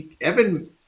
Evan